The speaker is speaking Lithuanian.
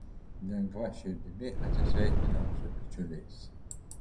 lengva širdimi atsisveikinau su bičiuliais